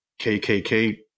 kkk